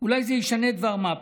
"אולי זה ישנה דבר מה.